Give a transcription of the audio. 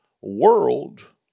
World